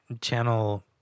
channel